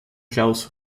klaus